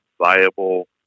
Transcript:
viable